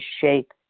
shape